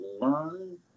learn